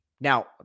Now